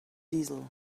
diesel